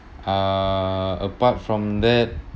uh apart from that